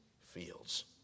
fields